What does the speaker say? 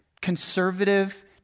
conservative